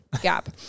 gap